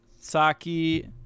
Saki